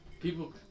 people